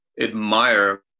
admire